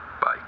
bye